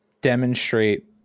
demonstrate